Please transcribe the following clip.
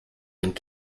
and